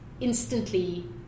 instantly